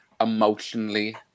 emotionally